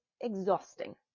exhausting